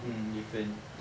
mm different